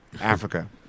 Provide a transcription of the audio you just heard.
Africa